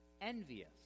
envious